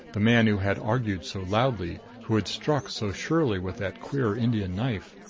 the man who had argued so loudly, who had struck so surely with that queer indian knife?